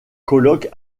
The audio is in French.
colloque